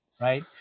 right